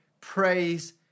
praise